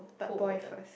who older